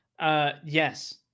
Yes